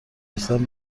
رسیدن